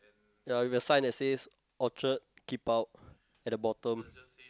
ya with a sign that says orchard keep out at the bottom